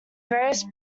various